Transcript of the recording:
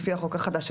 על פי החוק החדש,